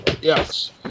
Yes